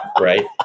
right